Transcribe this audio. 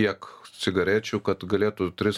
tiek cigarečių kad galėtų tris